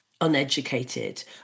uneducated